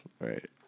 right